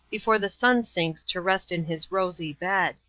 before the sun sinks to rest in his rosy bed.